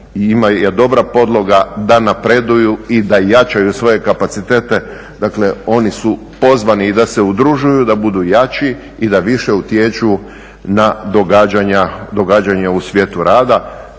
njima je dobra podloga da napreduju i da jačaju svoje kapacitete. Dakle oni su pozvani i da se udružuju i da budu jači i da više utječu na događanja u svijetu rada.